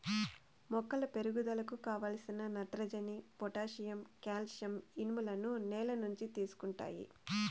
మొక్కల పెరుగుదలకు కావలసిన నత్రజని, పొటాషియం, కాల్షియం, ఇనుములను నేల నుంచి తీసుకుంటాయి